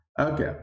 Okay